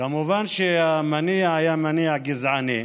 כמובן שהמניע היה מניע גזעני,